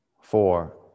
four